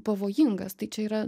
pavojingas tai čia yra